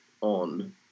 on